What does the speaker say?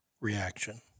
reaction